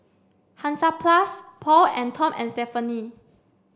Hansaplast Paul and Tom and Stephanie